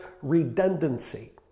redundancy